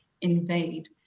invade